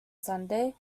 sunday